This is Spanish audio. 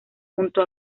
junto